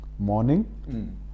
Morning